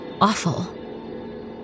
awful